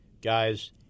Guys